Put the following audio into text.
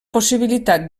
possibilitat